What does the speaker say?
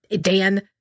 Dan